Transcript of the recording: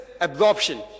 absorption